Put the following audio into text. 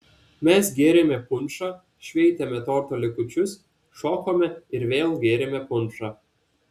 mes gėrėme punšą šveitėme torto likučius šokome ir vėl gėrėme punšą